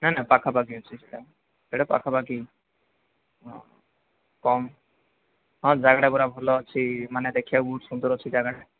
ନା ନା ପାଖାପାଖି ଅଛି ସେଇଟା ସେଇଟା ପାଖାପାଖି ହଁ କମ୍ ହଁ ଜାଗାଟା ପୁରା ଭଲ ଅଛି ମାନେ ଦେଖିବାକୁ ବହୁତ ସୁନ୍ଦର ଅଛି ଜାଗାଟା